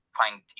find